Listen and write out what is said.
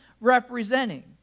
representing